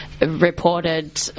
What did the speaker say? Reported